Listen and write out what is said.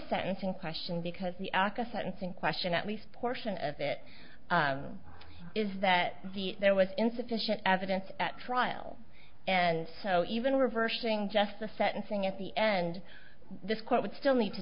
sentencing question because the aca sentencing question at least a portion of it is that there was insufficient evidence at trial and so even reversing just the sentencing at the end this court would still need to